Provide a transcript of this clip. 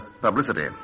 publicity